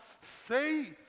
say